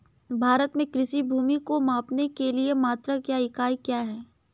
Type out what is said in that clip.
भारत में कृषि भूमि को मापने के लिए मात्रक या इकाई क्या है?